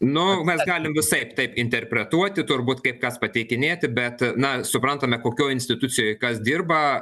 nu mes galim visaip taip interpretuoti turbūt kaip kas pateikinėti bet na suprantame kokioj institucijoj kas dirba